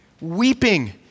Weeping